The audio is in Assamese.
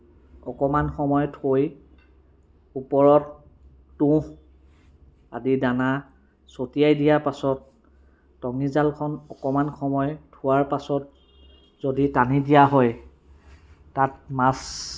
অকমান সময় থৈ ওপৰত তুঁহ আদি দানা ছটিয়াই দিয়াৰ পাছত টঙী জালখন অকণমান সময় থোৱাৰ পাছত যদি টানি দিয়া হয় তাত মাছ